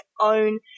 own